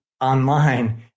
online